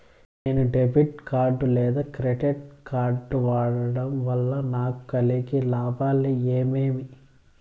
నేను debit card లేదా credit card వాడడం వల్ల నాకు కలిగే లాభాలు ఏమేమీ?